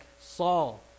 Saul